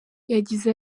yagize